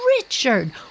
Richard